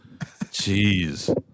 Jeez